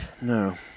No